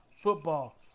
football